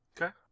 okay